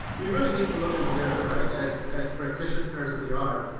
we really need to look in the mirror right as as practitioners of the art.